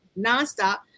nonstop